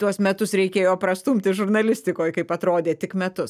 tuos metus reikėjo prastumti žurnalistikoj kaip atrodė tik metus